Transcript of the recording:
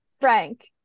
Frank